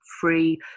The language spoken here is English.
free